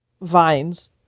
vines